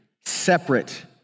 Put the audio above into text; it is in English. separate